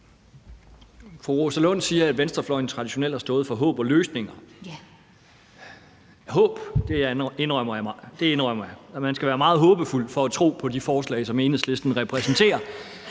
Fru Rosa Lund siger, at venstrefløjen traditionelt har stået for håb og løsninger. Med hensyn til håb indrømmer jeg, at man skal være meget håbefuld for at tro på de forslag, som Enhedslisten repræsenterer.